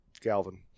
Galvin